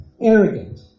arrogant